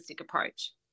approach